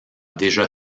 déjà